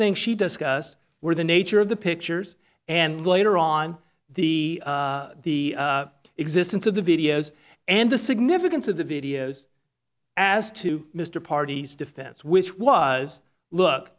thing she discussed were the nature of the pictures and later on the the existence of the videos and the significance of the videos as to mr party's defense which was look